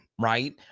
right